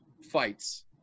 fights